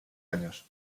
años